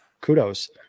kudos